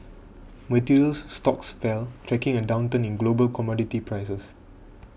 materials stocks fell tracking a downturn in global commodity prices